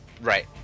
Right